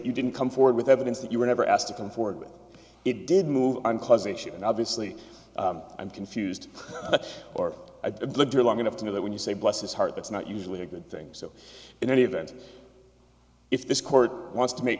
you didn't come forward with evidence that you were never asked to come forward with it did move on causation and obviously i'm confused or a liberal i'm going to know that when you say bless his heart that's not usually a good thing so in any event if this court wants to make